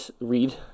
read